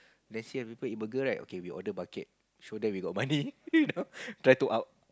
then see other people eat burger right okay we order bucket show them we got money try to up